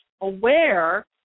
aware